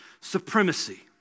supremacy